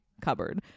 cupboard